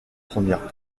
premières